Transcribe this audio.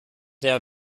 der